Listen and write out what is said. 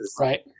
Right